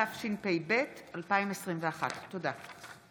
התשפ"ב 2021. תודה.